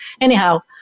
Anyhow